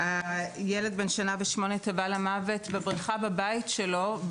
ילד בן שנה ושמונה חודשים טבע למוות בבריכה בבית שלו.